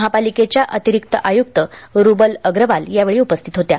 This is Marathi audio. महापालिकेच्या अतिरिक्त आयुक्त रुबल अग्रवाल यावेळी उपस्थित होत्या